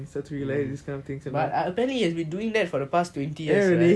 then again he is your cousin also lah so you have to support him all the way lah